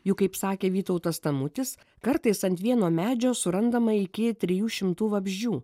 juk kaip sakė vytautas tamutis kartais ant vieno medžio surandama iki trijų šimtų vabzdžių